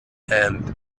and